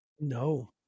No